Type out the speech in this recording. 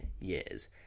years